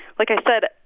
like i said,